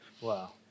Wow